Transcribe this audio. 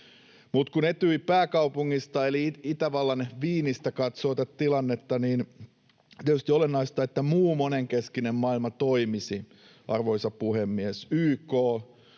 Mutta kun Etyjin pääkaupungista eli Itävallan Wienistä katsoo tätä tilannetta, niin tietysti on olennaista, että muu monenkeskinen maailma toimisi, arvoisa puhemies: YK,